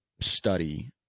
study